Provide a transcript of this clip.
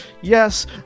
Yes